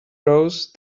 rose